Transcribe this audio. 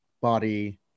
body